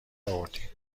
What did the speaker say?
آوردین